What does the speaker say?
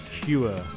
cure